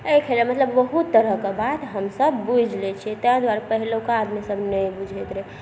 एहि खेलमे मतलब बहुत तरहके बात हमसब बुझि लै छिए ताहि दुआरे पहिलुका आदमीसब नहि बुझैत रहै